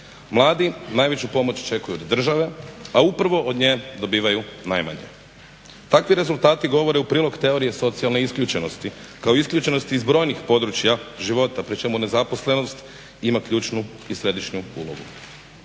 Mladi najveću pomoć očekuju od države, a upravo od nje dobivaju najmanje. Takvi rezultati govore u prilog teorije socijalne isključenosti kao isključenosti iz brojnih područja života pri čemu nezaposlenost ima ključnu i središnju ulogu.